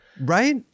Right